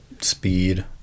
speed